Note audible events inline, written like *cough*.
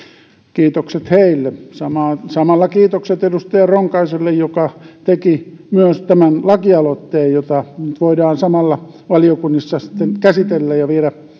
kiitokset heille samalla kiitokset edustaja ronkaiselle joka teki myös tämän lakialoitteen jota *unintelligible* *unintelligible* nyt voidaan samalla valiokunnissa sitten käsitellä ja viedä